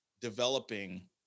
developing